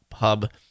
hub